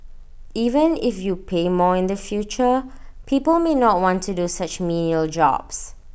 even if you pay more in the future people may not want to do such menial jobs